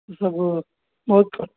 मतलब बहुत